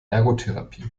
ergotherapie